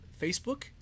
Facebook